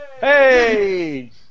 Hey